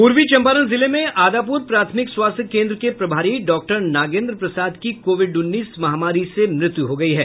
पूर्वी चंपारण जिले में आदापूर प्राथमिक स्वास्थ्य केन्द्र के प्रभारी डॉक्टर नगेन्द्र प्रसाद की कोविड उन्नीस महामारी से मृत्यु हो गयी है